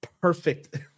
perfect